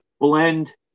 blend